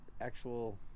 actual